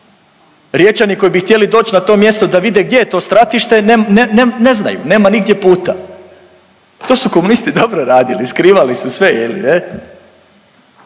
Riječani koji bi htjeli doći na to mjesto da vide gdje je to stratište ne znaju, nema nigdje puta. To su komunisti dobro radili, skrivali su sve je li ne,